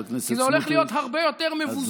כי זה הולך להיות הרבה יותר מבוזר.